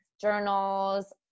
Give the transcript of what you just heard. journals